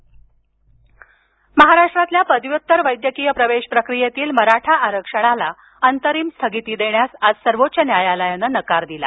मराठा आरक्षण महाराष्ट्रातील पदव्युत्तर वैद्यकीय प्रवेश प्रक्रियेतील मराठा आरक्षणाला अंतरिम स्थगिती देण्यास आज सर्वोच्च न्यायालयानं नकार दिला